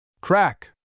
Crack